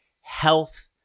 health